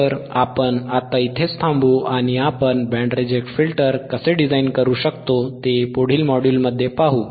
तर आपण आत्ता इथेच थांबू आणि आपण बँड रिजेक्ट फिल्टर कसे डिझाइन करू शकतो ते पुढील मॉड्यूलमध्ये पाहू